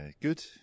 Good